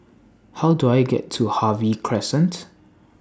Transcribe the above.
How Do I get to Harvey Crescent